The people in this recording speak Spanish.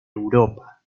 europa